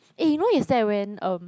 eh you know yesterday I went um